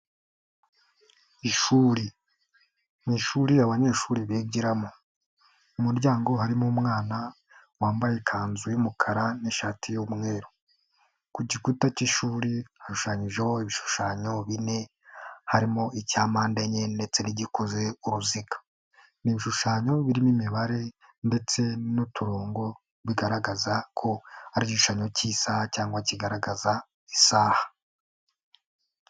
Ishuri, ni ishuri abanyeshuri bigiramo, mu muryango harimo umwana wambaye ikanzu y'umukara n'ishati y'umweru, ku gikuta k'ishuri hashushanyijeho ibishushanyo bine harimo icya mpande enye ndetse gikoze uruziga, ni ibishushanyo birimo imibare ndetse n'uturongo bigaragaza ko ari igishushanyo k'isaha cyangwa kigaragaza isaha.